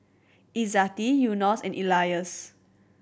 Izzati Yunos and Elyas